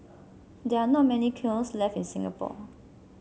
there are not many kilns left in Singapore